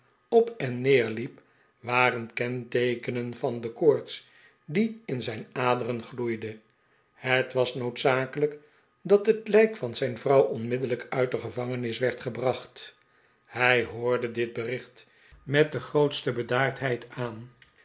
op en neer liep waren kenteekenen van de koorts die in zip aderen gloeide het was noodzakelijk dat het lijk van zijn vrouw onmiddellijk uit de gevangenis werd gebracht hij hoorde dit bericht met de grootste bedaardheid aan